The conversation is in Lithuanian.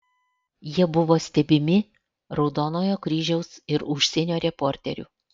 jie buvo stebimi raudonojo kryžiaus ir užsienio reporterių